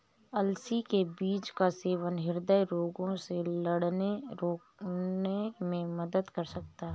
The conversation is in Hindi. अलसी के बीज का सेवन हृदय रोगों से लड़ने रोकने में मदद कर सकता है